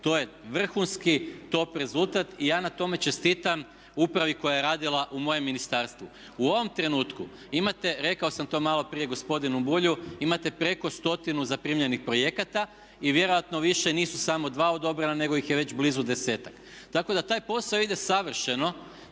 to je vrhunski top rezultat i ja na tome čestitam upravi koja je radila u mojem ministarstvu. U ovom trenutku imate rekao sam to malo prije gospodinu Bulju, imate preko stotinu zaprimljenih projekata i vjerojatno više nisu samo dva odobrena nego ih je već blizu desetak. Tako da taj posao ide savršeno,